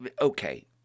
Okay